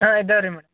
ಹಾಂ ಇದ್ದಾವೆ ರೀ ಮೇಡಮ್